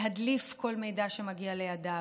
להדליף כל מידע שמגיע לידיו,